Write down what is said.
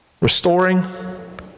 restoring